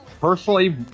personally